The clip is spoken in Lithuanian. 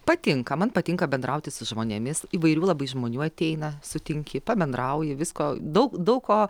patinka man patinka bendrauti su žmonėmis įvairių labai žmonių ateina sutinki pabendrauji visko daug daug ko